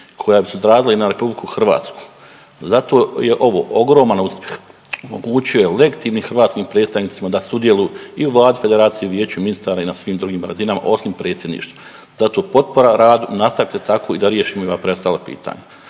koja bi se odrazila i na RH. Zato je ovo ogroman uspjeh, omogućio je legitimnim hrvatskim predstavnicima da sudjeluju i u vladi Federacije i u vijeću ministara i na svim drugim razinama osim predsjedništva. Zato potpora radu, nastavite tako i da riješimo i ova preostala pitanja.